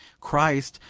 christ,